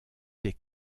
des